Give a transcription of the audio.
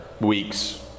weeks